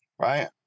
right